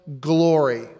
glory